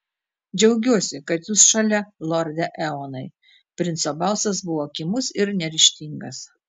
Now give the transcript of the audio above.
džiaugiuosi kad jūs šalia lorde eonai princo balsas buvo kimus ir neryžtingas